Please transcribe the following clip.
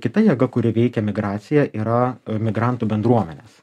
kita jėga kuri veikia migraciją yra migrantų bendruomenės